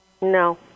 No